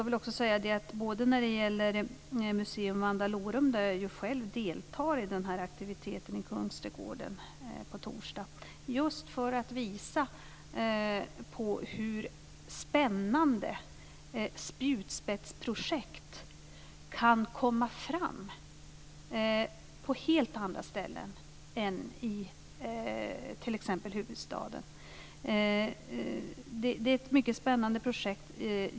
Vad gäller Museum Vandalorum deltar jag själv i aktiviteten i Kungsträdgården på torsdag just för att visa på hur spännande spjutspetsprojekt kan komma fram på helt andra ställen än i t.ex. huvudstaden. Det är ett mycket spännande projekt.